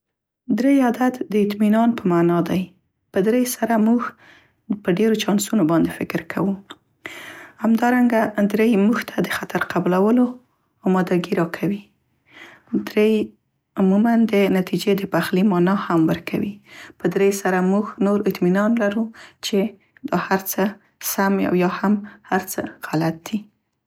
دری عدد د اطمینان په معنا دی. په دری سره موږ په ډيرو چانسونو باندې فکر کوو. همدارنګه دری موږ ته د خطر قبلولو اماده ګي راکوي. دری عموماً د نتیجې د پخلي معنا هم ورکوي. په دریو سره موږ نور اطمینان لرو چې دا هر څه سم او یا هم هر څه غلط دي.